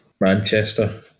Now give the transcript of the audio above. Manchester